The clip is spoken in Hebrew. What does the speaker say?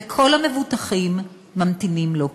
וכל המבוטחים ממתינים לו.